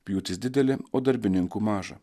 pjūtis didelė o darbininkų maža